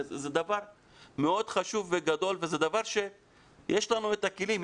זה דבר מאוד חשוב וגדול וזה דבר שיש לנו את הכלים,